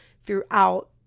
throughout